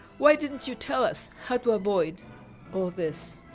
why didn't you tell us how to avoid all this?